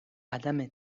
عدم